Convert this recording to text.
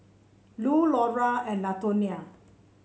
Lu Laura and Latonia